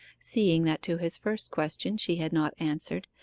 seeing that to his first question she had not answered,